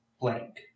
blank